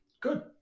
Good